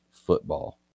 Football